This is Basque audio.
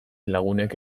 lagunek